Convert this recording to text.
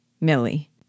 Millie